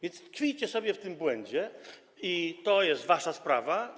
Więc tkwijcie sobie w tym błędzie i to jest wasza sprawa.